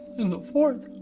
and the fourth.